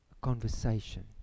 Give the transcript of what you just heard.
conversation